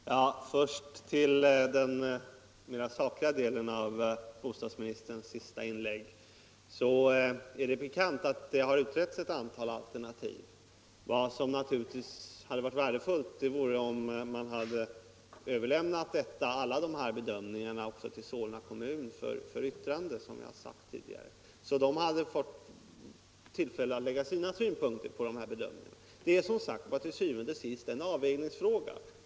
Herr talman! Först några ord om den mera sakliga delen av bostadsministerns senaste inlägg. Det är bekant att det här har nämnts ett antal alternativ. Men vad som hade varit värdefullt vore naturligtvis, som jag sade tidigare, om man hade överlämnat alla dessa bedömningar till Solna kommun för yttrande, så att man där hade fått tillfälle att anlägga sina synpunkter på bedömningarna. Til syvende og sidst är detta naturligtvis en avvägningsfråga.